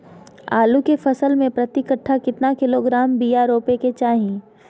आलू के फसल में प्रति कट्ठा कितना किलोग्राम बिया रोपे के चाहि?